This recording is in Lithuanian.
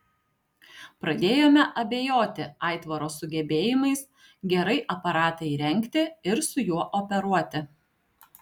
pradėjome abejoti aitvaro sugebėjimais gerai aparatą įrengti ir su juo operuoti